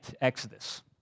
exodus